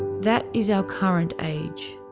that is our current age.